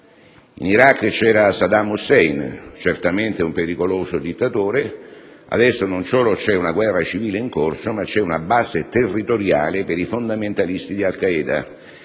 In Iraq c'era Saddam Hussein, certamente un pericoloso dittatore; adesso, non solo c'è una guerra civile in corso, ma c'è una base territoriale per i fondamentalisti di Al Qaeda,